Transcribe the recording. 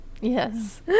Yes